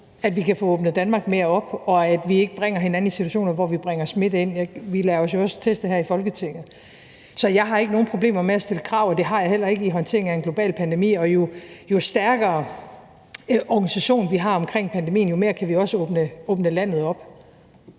at vi kan få åbnet Danmark mere op og ikke bringer hinanden i situationer, hvor vi bringer smitte ind. Vi lader os jo også teste her i Folketinget. Så jeg har ikke nogen problemer med at stille krav, og det har jeg heller ikke i forbindelse med håndteringen af en global pandemi. Og jo stærkere en organisation vi har omkring pandemien, jo mere kan vi også åbne landet op.